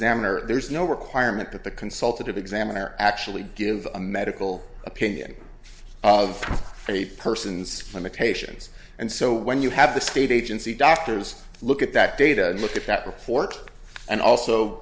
examiner there's no requirement that the consultative examiner actually give a medical opinion of a person's limitations and so when you have the state agency doctors look at that data and look at that report and also